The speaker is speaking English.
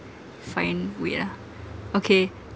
find wait ah okay